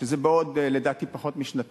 שזה לדעתי בעוד פחות משנתיים.